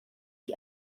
ich